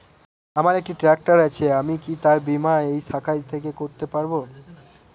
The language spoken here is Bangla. আমার একটি ট্র্যাক্টর আছে আমি কি তার বীমা এই শাখা থেকে করতে পারব?